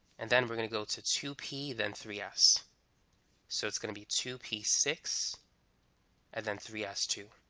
and then we're gonna go to two p then three s so it's gonna be two p six and then three s two